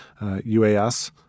UAS